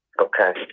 Okay